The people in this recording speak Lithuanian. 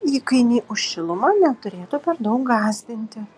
įkainiai už šilumą neturėtų per daug gąsdinti